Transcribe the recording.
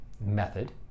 method